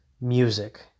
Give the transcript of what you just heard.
music